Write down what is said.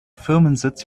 firmensitz